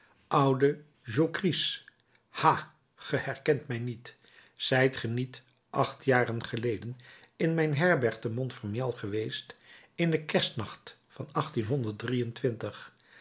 jocrisse ha ge herkent mij niet zijt ge niet acht jaren geleden in mijn herberg te montfermeil geweest in den kerstnacht van